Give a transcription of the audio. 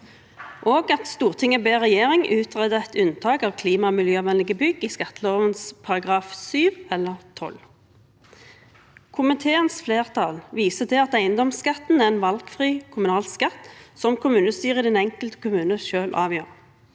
§ 5.» «Stortinget ber regjeringen utrede et unntak for klima- og miljøvennlige bygg i eigedomsskattelova § 7 eller § 12.» Komiteens flertall viser til at eiendomsskatten er en valgfri kommunal skatt som kommunestyret i den enkelte kommune selv avgjør.